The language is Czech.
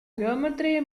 geometrii